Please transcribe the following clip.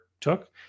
took